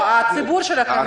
למענכם.